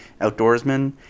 outdoorsman